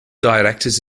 directors